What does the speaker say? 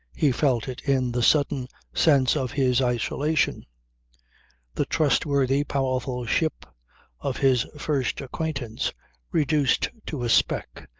he felt it in the sudden sense of his isolation the trustworthy, powerful ship of his first acquaintance reduced to a speck,